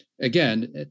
Again